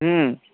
হুম